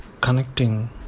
connecting